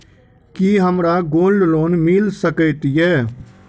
की हमरा gold loan मिल सकैत ये?